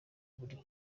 buri